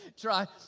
try